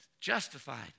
justified